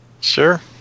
Sure